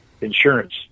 insurance